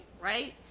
right